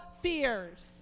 fears